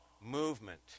movement